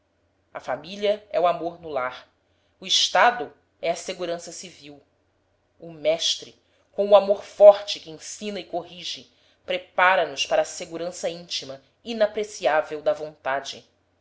a família é o amor no lar o estado é a segurança civil o mestre com amor forte que ensina e corrige prepara nos para a segurança íntima inapreciável da vontade